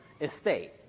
estate